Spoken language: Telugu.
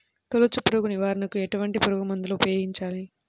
తొలుచు పురుగు నివారణకు ఎటువంటి పురుగుమందులు ఉపయోగించాలి?